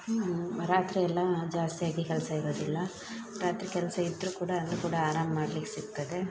ಹ್ಞೂ ರಾತ್ರಿಯೆಲ್ಲ ಜಾಸ್ತಿಯಾಗಿ ಕೆಲಸ ಇರೋದಿಲ್ಲ ರಾತ್ರಿ ಕೆಲಸ ಇದ್ರೂ ಕೂಡ ಅಲ್ಲು ಕೂಡ ಆರಾಮ ಮಾಡ್ಲಿಕ್ಕೆ ಸಿಗ್ತದೆ